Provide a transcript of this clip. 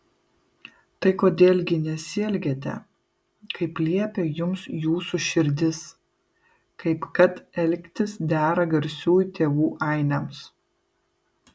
tai kodėl gi nesielgiate kaip liepia jums jūsų širdys kaip kad elgtis dera garsiųjų tėvų ainiams